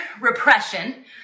repression